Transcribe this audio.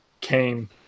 came